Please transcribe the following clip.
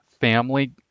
family